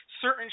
certain